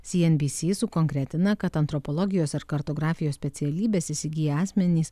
sienbysy sukonkretina kad antropologijos ar kartografijos specialybes įsigiję asmenys